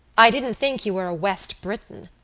i didn't think you were a west briton.